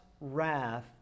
wrath